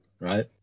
right